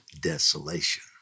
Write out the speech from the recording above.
desolation